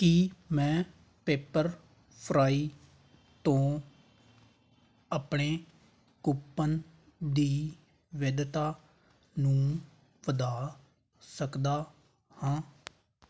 ਕੀ ਮੈਂ ਪੈਪਰਫ੍ਰਾਈ ਤੋਂ ਆਪਣੇ ਕੂਪਨ ਦੀ ਵੈਧਤਾ ਨੂੰ ਵਧਾ ਸਕਦਾ ਹਾਂ